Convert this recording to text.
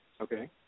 Okay